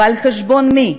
ועל חשבון מי,